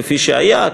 כפי שהיה,